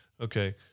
Okay